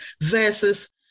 versus